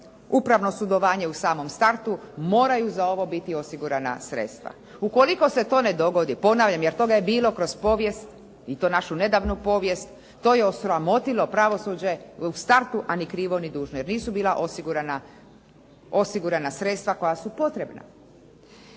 upravno sudovanje u samom startu moraju za ovo biti osigurana sredstva. Ukoliko se to ne dogodi, ponavljam, jer toga je bilo kroz povijest i to našu nedavnu povijest, to je osramotilo pravosuđe u startu, a ni krivo ni dužno, jer nisu bila osigurana sredstva koja su potrebna.